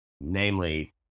Namely